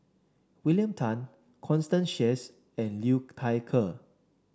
William Tan Constance Sheares and Liu Thai Ker